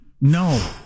no